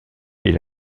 est